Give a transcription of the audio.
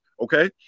okay